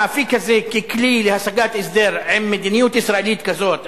האפיק הזה ככלי להשגת הסדר עם מדיניות ישראלית כזאת,